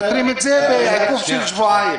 מאתרים את זה באיחור של שבועיים.